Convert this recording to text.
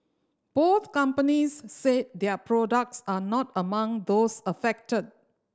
both companies said their products are not among those affected